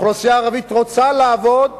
האוכלוסייה הערבית רוצה לעבוד,